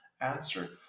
answer